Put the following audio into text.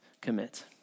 commit